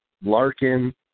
Larkin